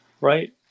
right